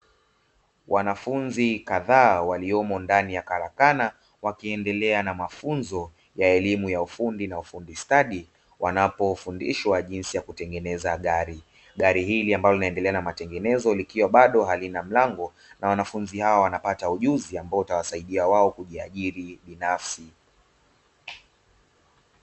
Wanafunzi kadhaa waliomo ndani ya karakana, wakiendelea na mafunzo ya elimu ya ufundi na ufundi stadi wanapofundishwa jinsi ya kutengeneza gari. Gari hili ambalo linaendelea na matengenezo likiwa bado halina mlango na wanafunzi hawa wanapata ujuzi ambao utawasaidia wao kujiajiri binafsi.